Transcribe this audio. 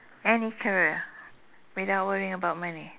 any career without worrying about money